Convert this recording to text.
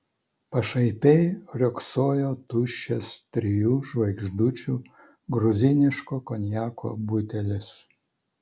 pašaipiai riogsojo tuščias trijų žvaigždučių gruziniško konjako butelis